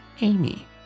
Amy